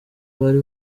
bari